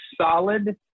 solid